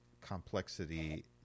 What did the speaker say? complexity